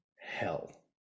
hell